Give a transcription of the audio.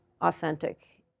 authentic